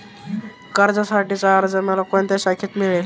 कर्जासाठीचा अर्ज मला कोणत्या शाखेत मिळेल?